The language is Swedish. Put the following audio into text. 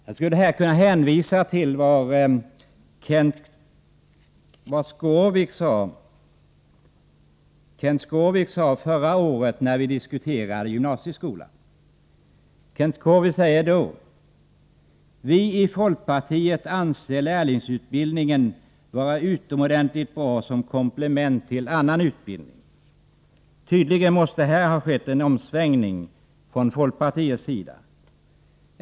Jag skulle här kunna hänvisa till vad Kenth Skårvik sade förra året när vi diskuterade gymnasieskolan. Han sade så här: Vi i folkpartiet anser lärlingsutbildningen vara utomordentligt bra som komplement till annan utbildning. Tydligen måste här ha skett en omsvängning från folkpartiets sida.